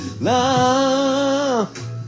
Love